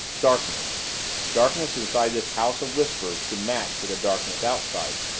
darkness darkness inside this house of whispers to match with the darkness outside!